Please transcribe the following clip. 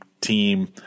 team